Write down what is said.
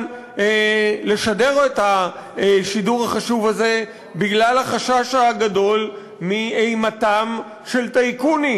לשדר את השידור החשוב הזה בגלל החשש הגדול מאימתם של טייקונים.